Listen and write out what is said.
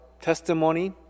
testimony